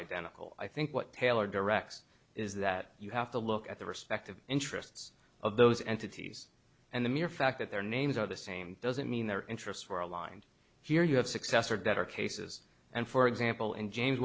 identical i think what taylor directs is that you have to look at the respective interests of those entities and the mere fact that their names are the same doesn't mean their interests were aligned here you have successor better cases and for example in james